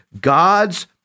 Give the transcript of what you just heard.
God's